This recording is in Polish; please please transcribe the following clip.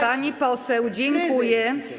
Pani poseł, dziękuję.